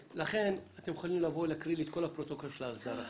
לכן אתם יכולים לבוא ולהקריא לי את כל הפרוטוקול של ההסדרה.